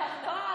לטעות,